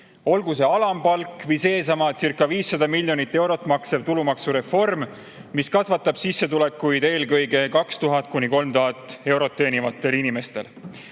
Olgu see alampalk või seesamacirca500 miljonit eurot maksev tulumaksureform, mis kasvatab sissetulekuid eelkõige 2000–3000 eurot teenivatel inimestel.